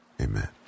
amen